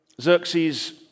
Xerxes